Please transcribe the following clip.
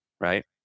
Right